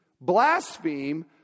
blaspheme